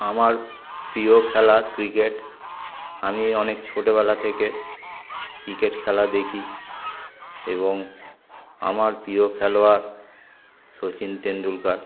আমার প্রিয় খেলা ক্রিকেট আমি অনেক ছোটোবেলা থেকে ক্রিকেট খেলা দেখি এবং আমার প্রিয় খেলোয়াড় শচিন টেন্ডুলকার